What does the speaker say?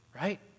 right